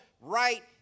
right